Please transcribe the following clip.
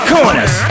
Corners